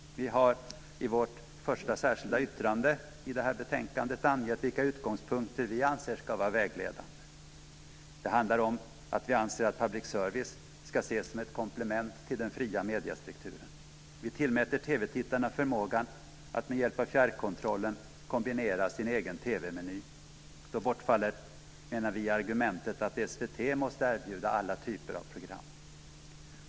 Vi har i vårt första särskilda yttrande i detta betänkande angett vilka utgångspunkter vi anser ska vara vägledande. Det handlar om att vi anser att public service ska ses som ett komplement till den fria mediestrukturen. Vi tillmäter TV-tittarna förmågan att med hjälp av fjärrkontrollen kombinera sin egen TV-meny. Då bortfaller, menar vi, argumentet att SVT måste erbjuda alla typer av program.